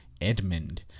edmund